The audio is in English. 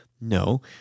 No